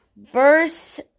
Verse